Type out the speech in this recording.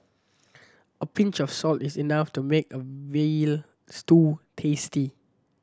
a pinch of salt is enough to make a veal stew tasty